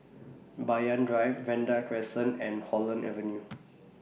Banyan Drive Vanda Crescent and Holland Avenue